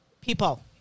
people